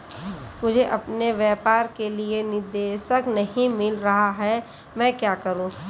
मुझे अपने व्यापार के लिए निदेशक नहीं मिल रहा है मैं क्या करूं?